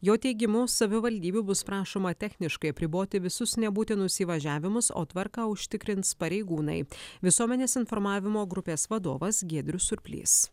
jo teigimu savivaldybių bus prašoma techniškai apriboti visus nebūtinus įvažiavimus o tvarką užtikrins pareigūnai visuomenės informavimo grupės vadovas giedrius surplys